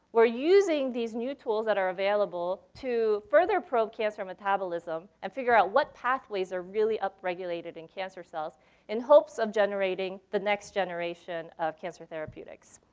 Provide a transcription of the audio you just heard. we're using these new tools that are available to further probe cancer metabolism and figure out what pathways are really upregulated in cancer cells in hopes of generating the next generation of cancer therapeutics.